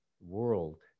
world